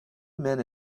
men